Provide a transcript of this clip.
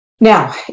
Now